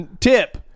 Tip